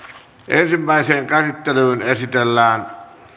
ensimmäiseen käsittelyyn esitellään